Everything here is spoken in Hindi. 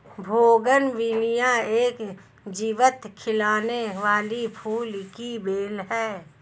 बोगनविलिया एक जीवंत खिलने वाली फूल की बेल है